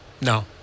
No